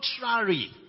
contrary